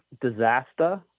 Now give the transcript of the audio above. disaster